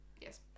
Yes